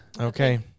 Okay